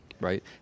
right